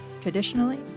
traditionally